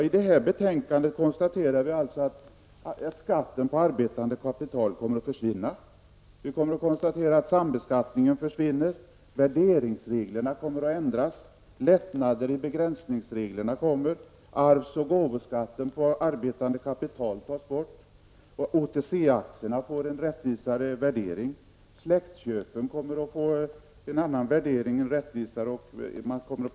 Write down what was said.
I betänkandet konstaterar vi att skatten på arbetande kapital kommer att försvinna, att sambeskattningen försvinner, att värderingsreglerna kommer att ändras, att lättnader i begränsningsregeln införs, att arvs och gåvoskatt på arbetande kapital tas bort och att OTC-aktier för en rättvisare värdering. Vi konstaterar också att släktköpen kommer att få en rättvisare värdering.